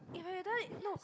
eh wait wait do i no